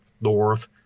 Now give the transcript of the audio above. north